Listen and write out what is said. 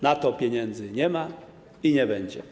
Na to pieniędzy nie ma i nie będzie.